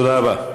תודה רבה.